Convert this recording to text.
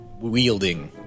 wielding